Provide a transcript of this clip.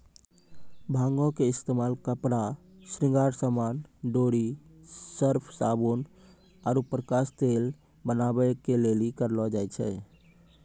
भांगो के इस्तेमाल कपड़ा, श्रृंगार समान, डोरी, सर्फ, साबुन आरु प्रकाश तेल बनाबै के लेली करलो जाय छै